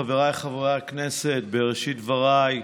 חבריי חברי הכנסת, בראשית דבריי,